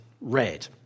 red